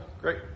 Great